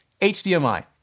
HDMI